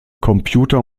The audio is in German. computer